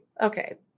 Okay